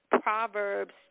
Proverbs